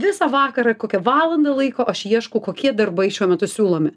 visą vakarą kokią valandą laiko aš ieškau kokie darbai šiuo metu siūlomi